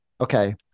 Okay